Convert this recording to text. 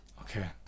Okay